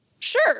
Sure